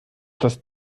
dass